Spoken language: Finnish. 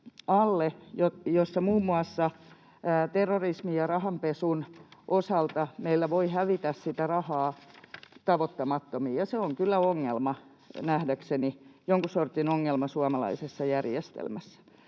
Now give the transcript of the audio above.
alla muun muassa terrorismin ja rahanpesun osalta meillä voi hävitä sitä rahaa tavoittamattomiin, ja se on nähdäkseni kyllä jonkun sortin ongelma suomalaisessa järjestelmässä.